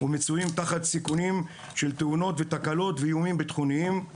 ומצויים תחת סיכונים של תאונות ותקלות ואיומים ביטחוניים.